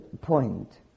point